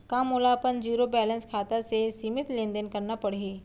का मोला अपन जीरो बैलेंस खाता से सीमित लेनदेन करना पड़हि?